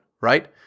right